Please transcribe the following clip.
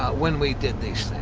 ah when we did these